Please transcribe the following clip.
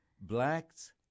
blacks